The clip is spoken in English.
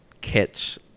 catch